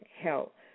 help